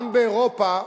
גם באירופה.